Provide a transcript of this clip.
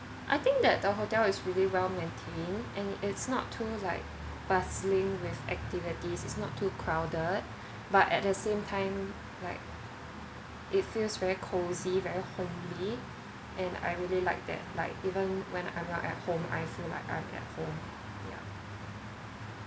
I think that the hotel is really well maintained and it's not too like bustling with activities it's not too crowded but at the same time like it feels very cozy very homely and I really like that like even when I'm not at home I feel like I'm at home ya